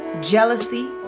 jealousy